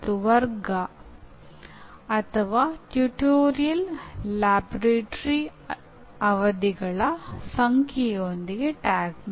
ವಿದ್ಯಾರ್ಥಿಗಳು ಅದನ್ನು ಅಳವಡಿಸಿಕೊಂಡು ಉತ್ತಮವಾಗಿ ಕಲಿತರು ಎಂದು ನೀವು ಭಾವಿಸಿದ ಉದಾಹರಣೆಯನ್ನು ತೆಗೆದುಕೊಳ್ಳಲು ಪ್ರಯತ್ನಿಸಿ